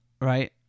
Right